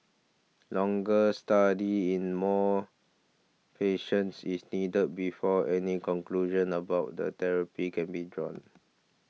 longer study in more patients is needed before any conclusions about the therapy can be drawn